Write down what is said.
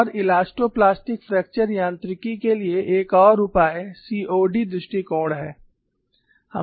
और elastoplastic fracture यांत्रिकी के लिए एक और उपाय सीओडी दृष्टिकोण है